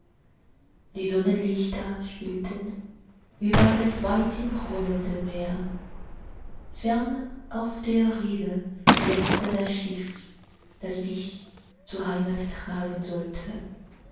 die sonnenlichter spielten über das weithinrollende meer fern auf der reede glänzte das schiff das mich zur heimat tragen sollte